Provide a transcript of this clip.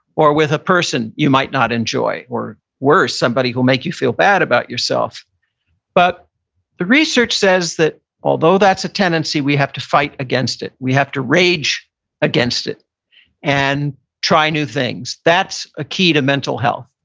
or with a person you might not enjoy, or worse somebody who will make you feel bad about yourself but the research says that although that's a tendency, we have to fight against it, we have to rage against it and try new things. that's a key to mental health.